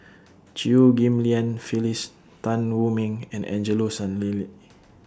Chew Ghim Lian Phyllis Tan Wu Meng and Angelo Sanelli